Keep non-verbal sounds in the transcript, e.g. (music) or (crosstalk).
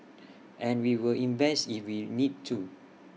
(noise) and we will invest if we need to